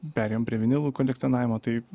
perėjom prie vinilų kolekcionavimo tai